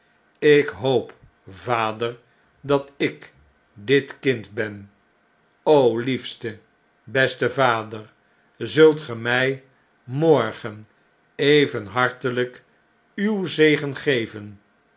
ik hoop vader dat ik dit kind ben liefste beste vader zult ge mij morgen even hartelijk uw zegen geven